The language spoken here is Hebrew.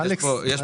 אני אומר,